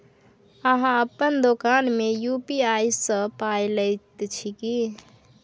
अहाँ अपन दोकान मे यू.पी.आई सँ पाय लैत छी की?